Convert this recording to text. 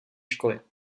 školy